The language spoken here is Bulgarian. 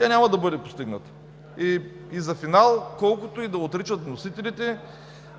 няма да бъде постигната. И за финал, колкото и да отричат вносителите,